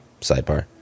sidebar